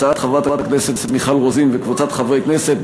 הצעת חברת הכנסת מיכל רוזין וקבוצת חברי הכנסת,